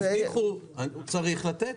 הבטיחו, צריך לתת.